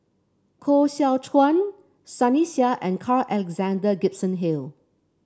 Koh Seow Chuan Sunny Sia and Carl Alexander Gibson Hill